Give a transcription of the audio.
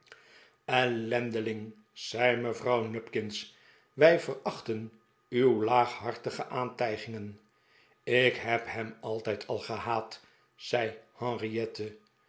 euendeling zei mevrouw nupkins wij verachten uw laaghartige aantij gingen ik heb hem altijd al gehaat zei